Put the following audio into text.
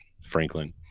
Franklin